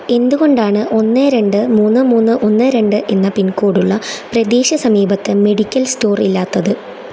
എന്തുകൊണ്ടാണ് ഒന്ന് രണ്ട് മൂന്ന് മൂന്ന് ഒന്ന് രണ്ട് എന്ന പിൻകോഡുള്ള പ്രദേശ സമീപത്ത് മെഡിക്കൽ സ്റ്റോർ ഇല്ലാത്തത്